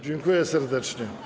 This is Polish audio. Dziękuję serdecznie.